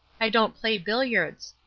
i don't play billiards.